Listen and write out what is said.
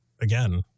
again